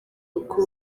uko